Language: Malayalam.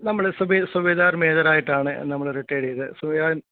നമ്മൾ സുവെയ്ദാ സുവെയ്ദാർ മേജറായ്ട്ടാണ് നമ്മൾ റിട്ടേട് ചെയ്തത് സുവേയ്താൻ